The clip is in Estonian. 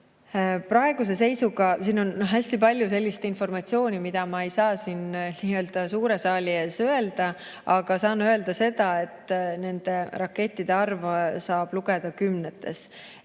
Praeguse seisuga on siin hästi palju sellist informatsiooni, mida ma ei saa suure saali ees öelda, aga saan öelda, et nende rakettide arvu saab lugeda kümnetes.